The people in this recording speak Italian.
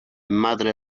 madre